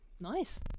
Nice